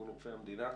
ארגון רופאי המדינה.